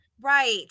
Right